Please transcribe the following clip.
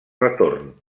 retorn